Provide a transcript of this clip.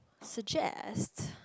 suggest